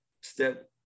step